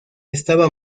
estaba